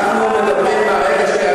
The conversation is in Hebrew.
אנחנו מדברים ברגע,